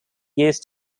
used